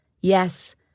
Yes